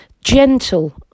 gentle